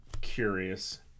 curious